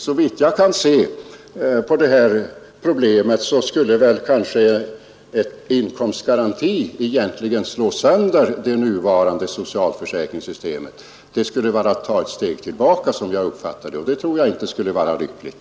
Såvitt jag kan se skulle en inkomstgaranti egentligen slå sönder det nuvarande socialförsäkringssystemet. Detta skulle vara att ta ett steg tillbaka, som jag uppfattar det, och det tror jag inte skulle vara nyttigt.